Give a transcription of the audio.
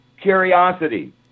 curiosity